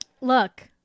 Look